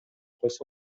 койсо